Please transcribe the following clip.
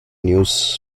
news